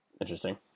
Interesting